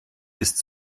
ist